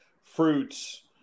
fruits